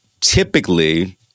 typically